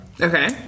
Okay